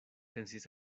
pensis